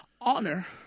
honor